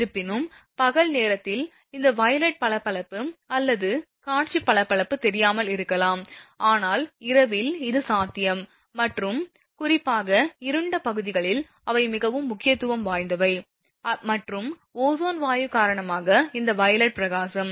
இருப்பினும் பகல் நேரத்தில் அந்த வயலட் பளபளப்பு அல்லது காட்சி பளபளப்பு தெரியாமல் இருக்கலாம் ஆனால் இரவில் இது சாத்தியம் மற்றும் குறிப்பாக இருண்ட பகுதிகளில் அவை மிகவும் முக்கியத்துவம் வாய்ந்தவை மற்றும் ஓசோன் வாயு காரணமாக இந்த வயலட் பிரகாசம்